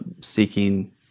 seeking